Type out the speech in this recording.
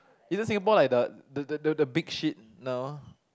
isn't Singapore like the the the the big shit no